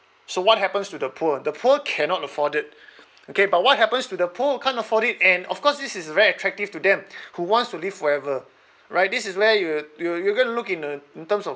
so what happens to the poor the poor cannot afford it okay but what happens to the poor who can't afford it and of course this is very attractive to them who wants to live forever right this is where you you you're going to look in uh in terms of